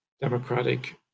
democratic